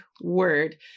word